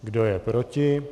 Kdo je proti?